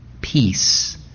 peace